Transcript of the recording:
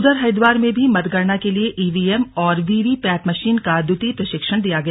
उधर हरिद्वार में भी मतगणना के लिए ईवीएम और वीवीपैट मशीन का द्वितीय प्रशिक्षण दिया गया